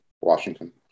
Washington